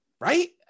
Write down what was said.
right